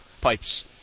pipes